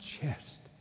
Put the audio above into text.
chest